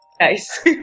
Nice